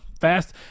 fast